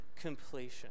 completion